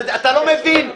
אתה לא מבין.